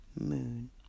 moon